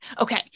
Okay